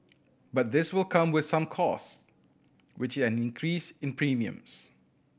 but this will come with some cost which an increase in premiums